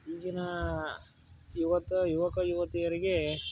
ಈಗಿನ ಇವತ್ತು ಯುವಕ ಯುವತಿಯರಿಗೆ